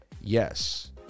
Yes